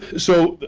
so,